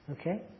Okay